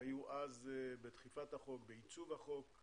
שהיו אז בעיצוב החוק.